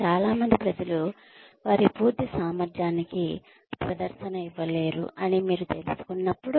చాలా మంది ప్రజలు వారి పూర్తి సామర్థ్యానికి ప్రదర్శన ఇవ్వలేరు అని మీరు తెలుసుకున్నప్పుడు